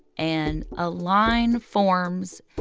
and a line forms.